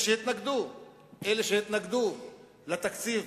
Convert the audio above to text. שהתנגדו לתקציב